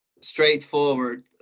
straightforward